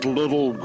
little